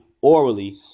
orally